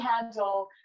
handle